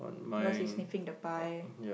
yours is sniffing the pie